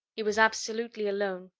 he was absolutely alone.